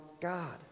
God